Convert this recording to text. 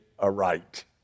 aright